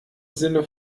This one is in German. sinne